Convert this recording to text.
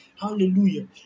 Hallelujah